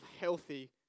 healthy